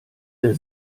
der